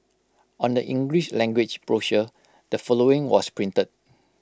on the English language brochure the following was printed